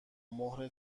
مهر